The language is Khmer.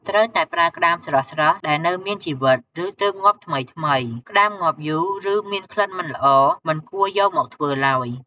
ត្រូវតែប្រើក្ដាមស្រស់ៗ ដែលនៅមានជីវិត ឬទើបងាប់ថ្មីៗ ក្ដាមងាប់យូរ ឬមានក្លិនមិនល្អ មិនគួរយកមកធ្វើឡើយ។